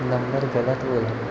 number गेल्या